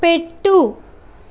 పెట్టుము